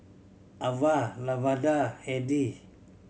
Avah Lavada Hedy